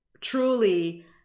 truly